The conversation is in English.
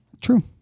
True